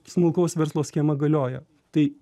smulkaus verslo schema galioja tai